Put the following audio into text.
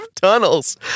tunnels